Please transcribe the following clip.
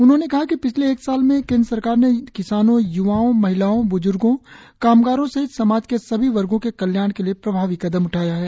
उन्होंने कहा कि पिछले एक साल में केंद्र सरकार ने किसानों य्वाओं महिलाओं ब्ज्र्गों कामगारों सहित समाज के सभी वर्गों के कल्याण के लिए प्रभावी कदम उठाया है